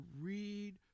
read